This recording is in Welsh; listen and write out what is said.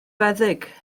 feddyg